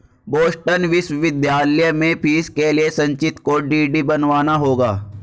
Boston विश्वविद्यालय में fees के लिए संचित को डी.डी बनवाना होगा